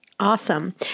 Awesome